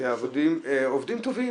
עובדים טובים